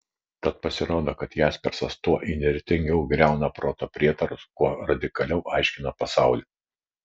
tad pasirodo kad jaspersas tuo įnirtingiau griauna proto prietarus kuo radikaliau aiškina pasaulį